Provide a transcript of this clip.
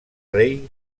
rei